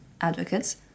advocates